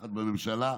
ביחד איתנו בממשלה,